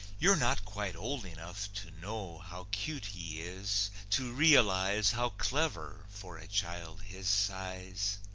you're not quite old enough to know how cute he is to realize how clever for a child his size.